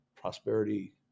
prosperity